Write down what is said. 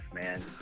man